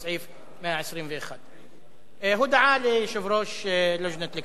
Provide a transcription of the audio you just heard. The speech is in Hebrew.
סעיף 121. הודעה ליושב-ראש לג'נת אל-כנסת.